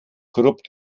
korrupt